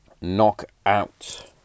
Knockout